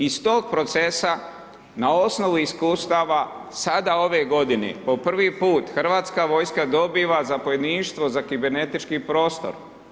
Iz tog procesa na osnovu iskustava sada ove godine po prvi put Hrvatska vojska dobiva zapovjedništvo za kibernetički prostor.